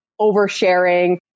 oversharing